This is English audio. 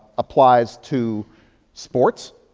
applies to sports.